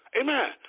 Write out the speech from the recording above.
Amen